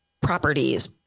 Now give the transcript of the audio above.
properties